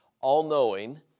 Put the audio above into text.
all-knowing